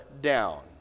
down